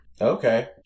Okay